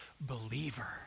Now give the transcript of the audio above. believer